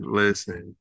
listen